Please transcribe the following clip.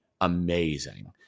amazing